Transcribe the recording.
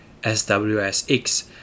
SWSX